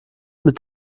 mit